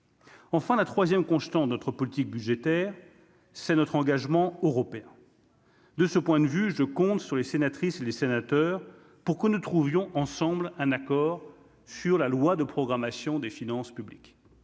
enfin la 3ème notre politique budgétaire, c'est notre engagement européen. De ce point de vue, je compte sur les sénatrices et les sénateurs pour que nous trouvions ensemble un accord sur la loi de programmation des finances publiques,